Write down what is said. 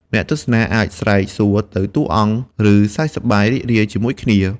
អ្នកទស្សនាអាចស្រែកសួរទៅតួអង្គ ឬសើចសប្បាយរីករាយជាមួយគ្នា